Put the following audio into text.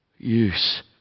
use